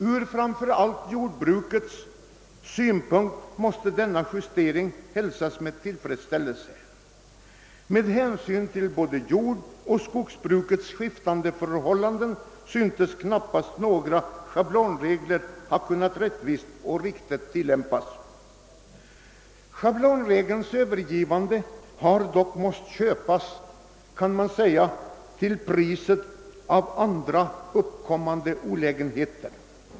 Ur framför allt jordbrukets synpunkt måste denna justering hälsas med tillfredsställelse. Med hänsyn till såväl jordbrukets som :skogsbrukets skiftande förhållanden synes knappast några schablonregler kunna tillämpas på ett rättvist och riktigt sätt. Slopandet av schablonreglerna har dock måst köpas, kan man säga, till priset av andra olägenheter.